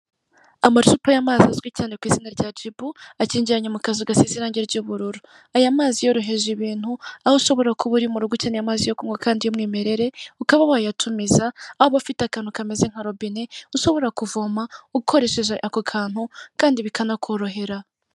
Amacupa y'amazi azwi cyane ku izina rya jibu akingiranye mu kazu gasize irange ry'ubururu. Aya mazi yoroheje ibintu aho ushobora kuba uri mu rugo ukeneye amazi yo kunywa kandi y'umwimerere, ukaba wayatumiza aho bafite akantu kameze nka robine, ushobora kuvoma ukoresheje ako kantu kandi bikanakorohera.